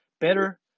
better